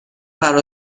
برا